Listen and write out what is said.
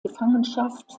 gefangenschaft